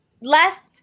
Last